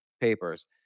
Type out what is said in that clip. papers